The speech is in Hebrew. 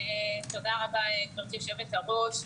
תודה רבה, גברתי היושבת-ראש.